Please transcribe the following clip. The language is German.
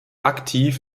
aktiv